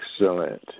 Excellent